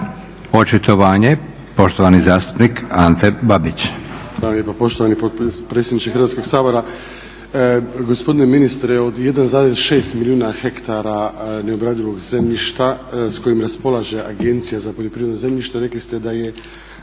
Očitovanje poštovanog zastupnika Branka Bačića.